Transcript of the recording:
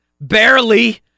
Barely